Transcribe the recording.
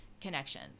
Connection